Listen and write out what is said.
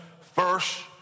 first